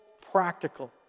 practical